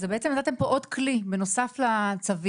בעצם נתתם פה עוד כלי בנוסף לצווים,